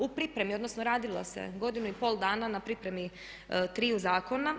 U pripremi odnosno radilo se godinu i pol dana na pripremi triju zakona.